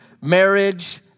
marriage